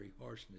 harshness